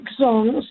songs